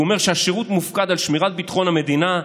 הוא אומר: "השירות מופקד על שמירת ביטחון המדינה,